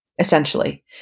essentially